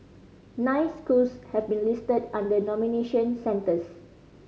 nine schools have been listed nomination centres